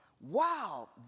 wow